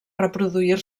reproduir